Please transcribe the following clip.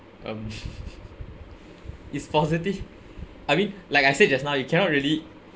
um it's positive I mean like I said just now you cannot really